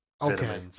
Okay